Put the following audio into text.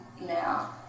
now